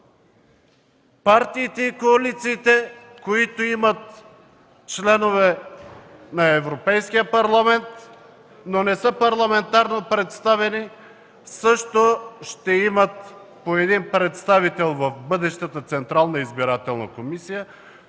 партиите и коалициите, които имат членове на Европейския парламент, но не са парламентарно представени, също ще имат по един представител в бъдещата Централна избирателна комисия,